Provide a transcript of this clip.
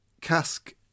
cask